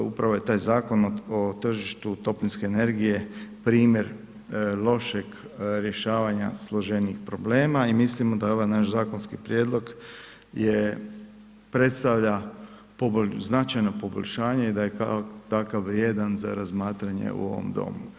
Upravo je taj Zakon o tržištu toplinske energije primjer lošeg rješavanja složenijih problema i mislimo da je ovaj naš zakonski prijedlog je predstavlja značajno poboljšanje i da je kao takav vrijedan za razmatranje u ovom domu.